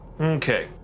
Okay